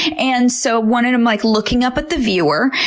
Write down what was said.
and so wanted him like looking up at the viewer.